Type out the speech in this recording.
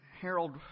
Harold